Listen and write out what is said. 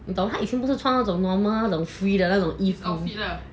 我懂他以前不是穿那种 normal 那种 free 的那种衣服 you know 那种